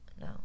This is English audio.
No